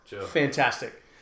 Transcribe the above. Fantastic